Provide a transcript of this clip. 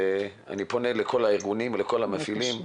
אני פונה לכל הארגונים ולכל המפעילים: